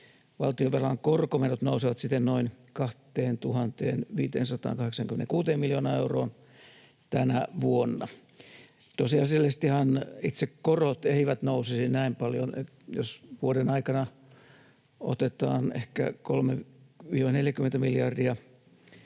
Valtionvelan korkomenot nousevat siten noin 2 586 miljoonaan euroon tänä vuonna. Tosiasiallisestihan itse korot eivät nousisi näin paljon: Jos vuoden aikana otetaan ehkä 30—40 miljardia